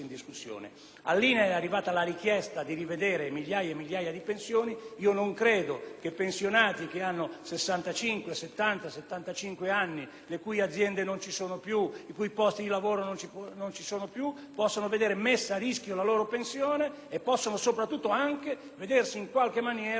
All'INAIL è arrivata la richiesta di rivedere migliaia e migliaia di pensioni: non credo che pensionati che hanno da 65 a 70 o 75 anni, le cui aziende e i cui posti di lavoro non ci sono più, possano vedere messa a rischio la loro pensione e soprattutto vedersi anche richiesti